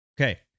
Okay